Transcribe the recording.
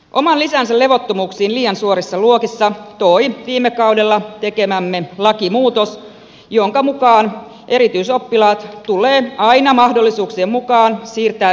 oman lisänsä levottomuuksiin liian suurissa luokissa toi viime kaudella tekemämme lakimuutos jonka mukaan erityisoppilaat tulee aina mahdollisuuksien mukaan siirtää yleisopetuksen ryhmiin